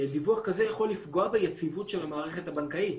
דיווח כזה יכול לפגוע ביציבות של המערכת הבנקאית,